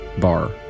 bar